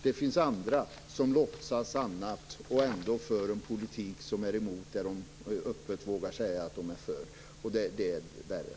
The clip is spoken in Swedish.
Det finns andra som låtsas något annat och ändå för en politik som går emot det som de öppet vågar säga att de är för, och det är värre.